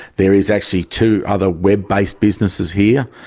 there is actually two other web based businesses here.